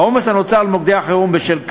והעומס הנוצר על גופי החירום בשל כך,